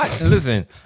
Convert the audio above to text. listen